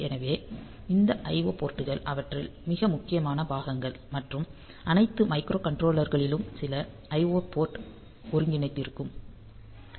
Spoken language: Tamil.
எனவே இந்த IO போர்ட்கள் அவற்றில் மிக முக்கியமான பாகங்கள் மற்றும் அனைத்து மைக்ரோ கன்ட்ரோலர்களிளும் சில IO போர்ட் ஒருங்கிணைந்திருக்கும்